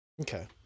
Okay